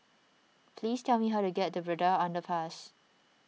please tell me how to get to Braddell Underpass